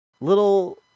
little